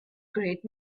great